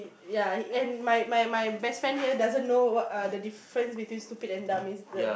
yeah and my my my best friend here doesn't know what err the difference between stupid and dumb